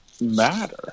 matter